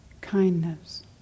Kindness